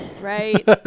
right